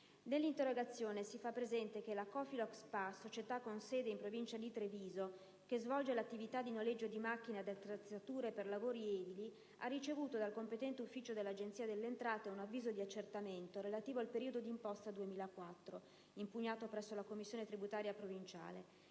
Nell'interrogazione si fa presente che la Cofiloc Spa, società con sede in provincia di Treviso che svolge l'attività di noleggio di macchine ed attrezzature per lavori edili, ha ricevuto dal competente ufficio dell'Agenzia delle entrate un avviso di accertamento relativo al periodo d'imposta 2004 (impugnato presso la Commissione tributaria provinciale)